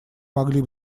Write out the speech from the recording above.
могли